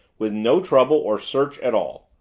with no trouble or search at all.